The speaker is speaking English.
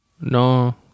No